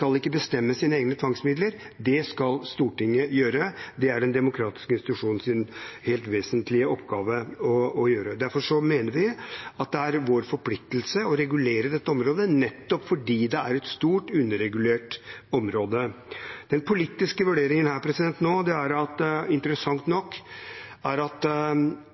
ikke bestemme sine egne tvangsmidler, det skal Stortinget gjøre, det er den demokratiske institusjonens helt vesentlig oppgave å gjøre. Derfor mener vi at det er vår forpliktelse å regulere dette området, nettopp fordi det er et stort underregulert område. Den politiske vurderingen her nå er interessant nok at alle partier minus Fremskrittspartiet mener at